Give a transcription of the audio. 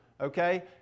okay